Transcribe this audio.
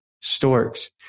storks